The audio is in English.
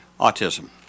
autism